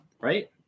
right